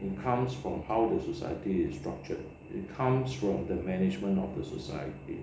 it comes from how the society is structured it comes from the management of the society ya then all this social economical problems lah